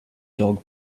dog